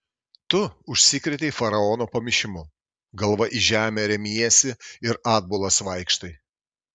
tu užsikrėtei faraono pamišimu galva į žemę remiesi ir atbulas vaikštai